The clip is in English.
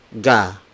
ga